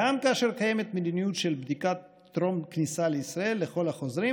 גם כאשר קיימת מדיניות של בדיקת טרום-כניסה לישראל לכל החוזרים,